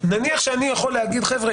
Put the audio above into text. נניח שאני יכול להגיד: חבר'ה,